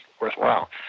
worthwhile